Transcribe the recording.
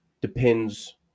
depends